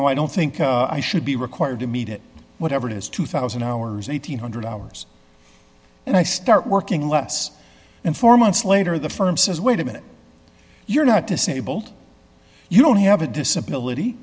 know i don't think i should be required to meet it whatever it is two thousand hours eight hundred hours and i start working less and four months later the firm says wait a minute you're not disabled you don't have a disability